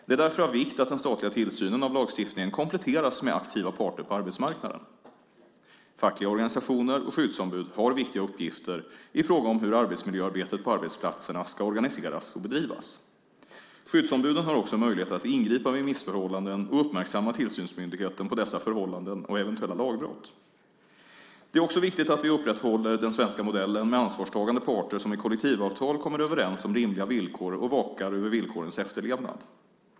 Det är därför av vikt att den statliga tillsynen av lagstiftningen kompletteras med aktiva parter på arbetsmarknaden. Fackliga organisationer och skyddsombud har viktiga uppgifter i fråga om hur arbetsmiljöarbetet på arbetsplatserna ska organiseras och bedrivas. Skyddsombuden har också möjlighet att ingripa vid missförhållanden och uppmärksamma tillsynsmyndigheten på dessa förhållanden och eventuella lagbrott. Det är också viktigt att vi upprätthåller den svenska modellen med ansvarstagande parter som i kollektivavtal kommer överens om rimliga villkor och vakar över villkorens efterlevnad.